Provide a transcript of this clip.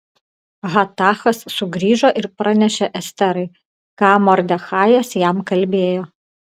hatachas sugrįžo ir pranešė esterai ką mordechajas jam kalbėjo